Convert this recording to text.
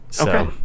Okay